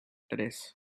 tres